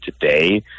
today